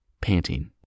panting